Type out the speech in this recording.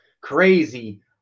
crazy